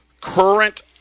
Current